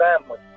family